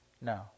No